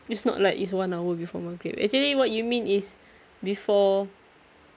it's not like it's one hour before maghrib actually what you mean is before